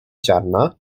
ziarna